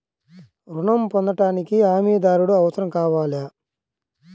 ఋణం పొందటానికి హమీదారుడు అవసరం కావాలా?